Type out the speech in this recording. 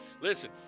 listen